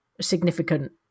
significant